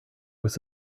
was